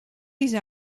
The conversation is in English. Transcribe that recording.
these